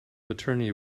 maternity